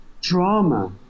drama